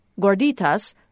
gorditas